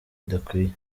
idakwiye